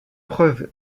preuve